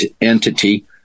entity